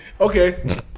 Okay